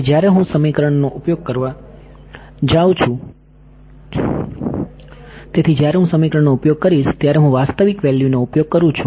તેથી જ્યારે હું સમીકરણનો ઉપયોગ કરવા જાઉં છું ત્યારે વેવ વાસ્તવમાં આના સુધી પહોંચે તે પહેલાં હું ઝડપથી અપડેટ કરીશ તેને રોકવા માટે હું જૂની આઉટડેટેડ ના વર્ઝન નો ઉપયોગ કરું છું